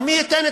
אבל מי ייתן,